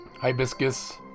Hibiscus